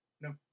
No